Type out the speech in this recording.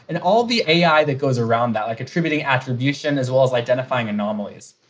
and all of the ai that goes around that, like attributing attribution as well as identifying anomalies.